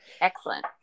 Excellent